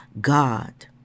God